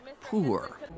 poor